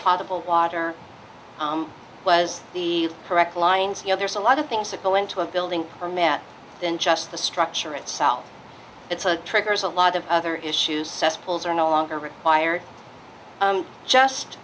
possible water was the correct lines you know there's a lot of things that go into a building permit then just the structure itself it's a triggers a lot of other issues cesspools are no longer required just